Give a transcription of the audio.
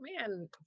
man